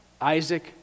Isaac